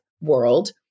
world